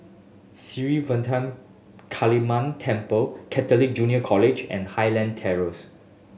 Sri Vadapathira Kaliamman Temple Catholic Junior College and Highland Terrace